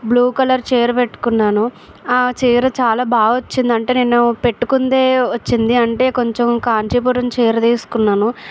blue colour చీర పెట్టుకున్నాను ఆ చీర చాలా బాగ వచ్చింది అంటే నేను పెట్టుకుంది వచ్చింది అంటే కొంచెం కాంచీపురం చీర తీసుకున్నాను